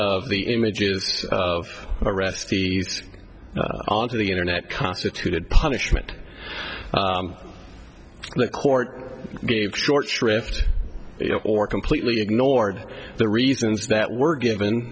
of the images of arrestees onto the internet constituted punishment the court gave short shrift or completely ignored the reasons that were given